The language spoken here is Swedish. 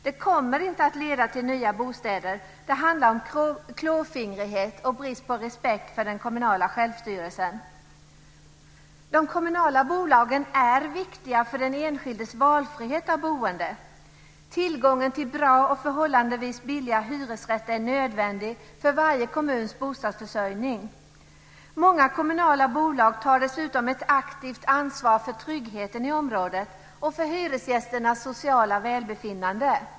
Det kommer inte att leda till nya bostäder. Det handlar om klåfingrighet och brist på respekt för den kommunala självstyrelsen. De kommunala bolagen är viktiga för den enskildes valfrihet när det gäller boende. Tillgången till bra och förhållandevis billiga hyresrätter är nödvändig för varje kommuns bostadsförsörjning. Många kommunala bolag tar dessutom ett aktivt ansvar för tryggheten i området och för hyresgästernas sociala välbefinnande.